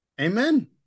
Amen